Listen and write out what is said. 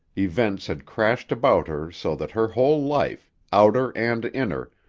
events had crashed about her so that her whole life, outer and inner,